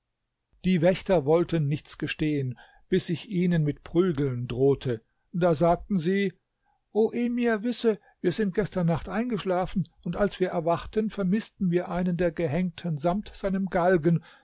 die wächter wollten nichts gestehen bis ich ihnen mit prügeln drohte da sagten sie o emir wisse wir sind gestern nacht eingeschlafen und als wir erwachten vermißten wir einen der gehängten samt seinem galgen